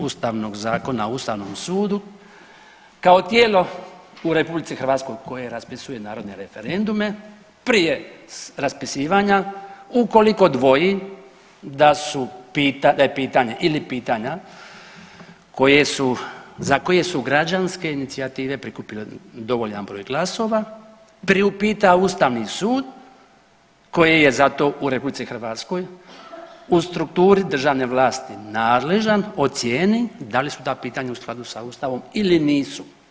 Ustavnog zakona o Ustavnom sudu kao tijelo u RH koje raspisuje narodne referendume prije raspisivanja ukoliko dvoji da su pitanja, da je pitanje ili pitanja koje su, za koje su građanske inicijative prikupile dovoljan broj glasova priupita Ustavni sud koji je za to RH u strukturi državne vlasti nadležan ocijeni da li su ta pitanja u skladu sa Ustavom ili nisu.